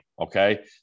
okay